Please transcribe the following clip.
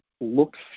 looks